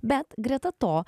bet greta to